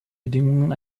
bedingungen